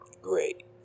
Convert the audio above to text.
Great